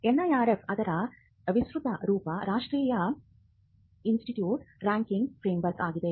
NIRF ಅದರ ವಿಸ್ತೃತ ರೂಪ ರಾಷ್ಟ್ರೀಯ ಇನ್ಸ್ಟಿಟ್ಯೂಟ್ ರಾಂಕಿಂಗ್ ಫ್ರೇಮ್ವರ್ಕ್ ಆಗಿದೆ